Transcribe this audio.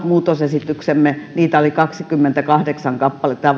muutosesityksiämme oli kaksikymmentäkahdeksan kappaletta ja